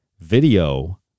video